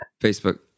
Facebook